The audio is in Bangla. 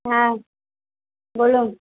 হ্যাঁ বলুন